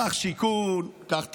קח שיכון, קח תחבורה,